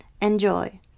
Enjoy